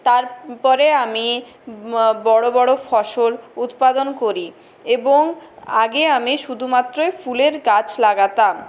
তারপরে আমি বড়ো বড়ো ফসল উৎপাদন করি এবং আগে আমি শুধুমাত্রই ফুলের গাছ লাগাতাম